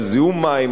של זיהום מים,